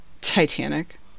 Titanic